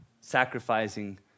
sacrificing